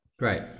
Right